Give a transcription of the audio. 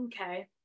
okay